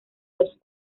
los